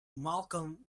malcolm